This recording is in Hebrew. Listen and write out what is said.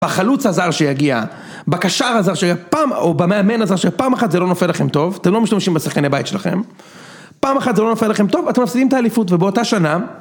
בחלוץ הזר שיגיע, בקשר הזר שפעם או במאמן הזר שפעם אחת זה לא נופל לכם טוב, אתם לא משתמשים בשחקני בית שלכם. פעם אחת זה לא נופל לכם טוב, אתם מפסידים את האליפות ובאותה שנה